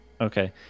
okay